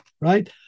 right